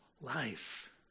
life